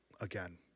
again